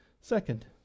Second